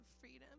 freedom